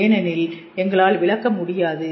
ஏனெனில் எங்களால் விளக்க முடியாதது